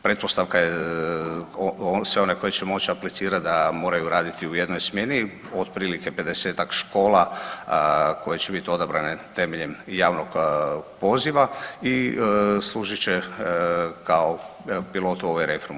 Pretpostavka je sve one koji će moć aplicirat da moraju raditi u jednoj smjeni, otprilike 50-tak škola koje će bit odabrane temeljem javnog poziva i služit će kao pilot ovoj reformi.